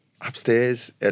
upstairs